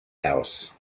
house